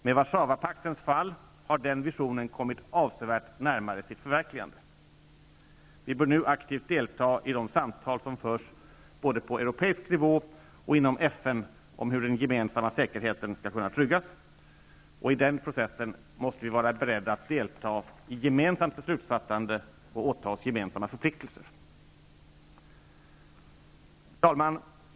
Med Warszawapaktens fall har den visionen kommit avsevärt närmare sitt förverkligande. Vi bör nu aktivt deltaga i de samtal som förs både på europeisk nivå och inom FN om hur den gemensamma säkerheten skall kunna tryggas. I den processen måste vi vara beredda att delta i gemensamt beslutsfattande och åta oss gemensamma förpliktelser. Herr talman!